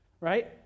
Right